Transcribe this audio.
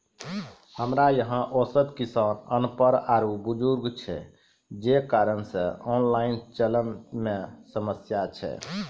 हमरा यहाँ औसत किसान अनपढ़ आरु बुजुर्ग छै जे कारण से ऑनलाइन चलन मे समस्या छै?